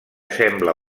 sembla